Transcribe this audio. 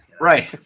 Right